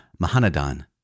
Mahanadan